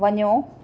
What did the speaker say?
वञो